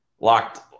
locked